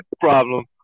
Problem